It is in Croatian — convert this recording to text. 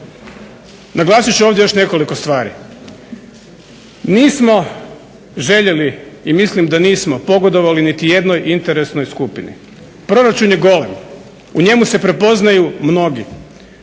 Naglasit ću ovdje još nekoliko stvari. Nismo željeli i mislim da nismo pogodovali niti jednoj interesnoj skupini. Proračun je golem, u njemu se prepoznaju mnogi,